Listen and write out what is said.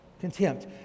Contempt